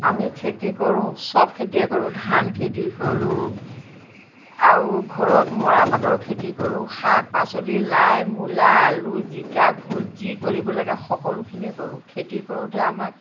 আমি খেতি কৰোঁ সব খেতিয়ে কৰোঁ ধান খেতি কৰোঁ আৰু ঘৰত মৰাপাটৰ খেতি কৰোঁ শাক পাচলি লাই মূলা আলু জিকা ভোল যি কৰিব লাগে সকলোখিনিয়ে কৰোঁ খেতি কৰোঁতে আমাক